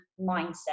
mindset